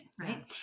right